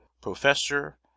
professor